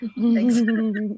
Thanks